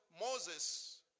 Moses